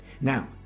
Now